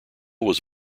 was